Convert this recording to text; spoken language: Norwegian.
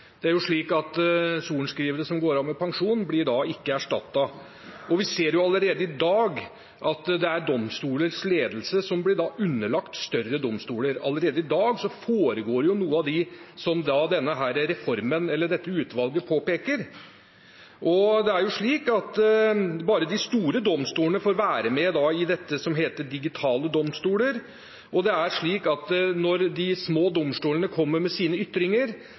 Regjeringen har jo kuttet i domstolenes økonomi gjennom ABE-reformen og satt domstolene i en presset situasjon allerede i dag, bl.a. ved å kutte dommerårsverk. Sorenskrivere som går av med pensjon, blir ikke erstattet. Vi ser allerede i dag at domstolenes ledelse blir underlagt større domstoler. Allerede i dag foregår noe av det som dette utvalget påpeker. Bare de store domstolene får være med i det som heter «Digitale domstoler», og når de små domstolene kommer med sine ytringer,